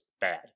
bad